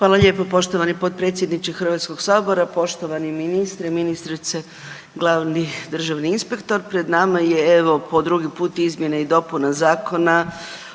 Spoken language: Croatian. Hvala lijepa poštovani potpredsjedniče HS-a, poštovani ministre, ministrice, glavni državni inspektor. Pred nama je, evo, po drugi put izmjene i dopuna Zakona